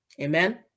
Amen